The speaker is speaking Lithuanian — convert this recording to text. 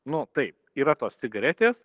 nu taip yra tos cigaretės